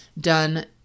done